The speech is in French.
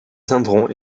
viendront